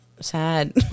sad